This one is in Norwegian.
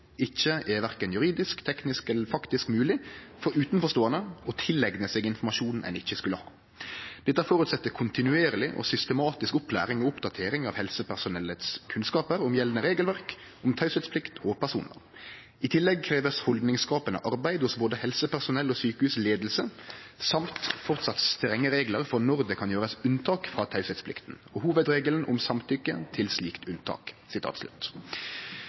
ikke er verken juridisk, teknisk eller faktisk mulig for utenforstående å tilegne seg informasjon man ikke skal ha. Dette forutsetter kontinuerlig og systematisk opplæring og oppdatering av helsepersonells kunnskaper om gjeldende regelverk om taushetsplikt og personvern. I tillegg kreves holdningsskapende arbeid hos både helsepersonell og sykehusledelse, samt fortsatt strenge regler for når det kan gjøres unntak fra taushetsplikten og hovedregelen om samtykke til slikt unntak.»